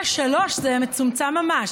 אה, שלוש, זה מצומצם ממש.